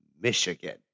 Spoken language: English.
Michigan